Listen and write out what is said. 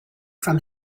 from